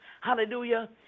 Hallelujah